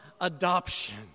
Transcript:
adoption